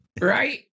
right